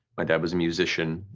my dad was a musician.